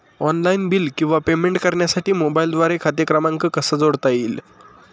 Online bill किंवा payment करण्यासाठी मोबाईलद्वारे खाते क्रमांक कसा जोडता येईल?